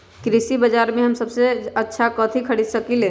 कृषि बाजर में हम सबसे अच्छा कथि खरीद सकींले?